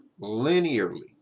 linearly